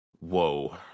whoa